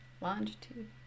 Longitude